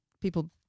people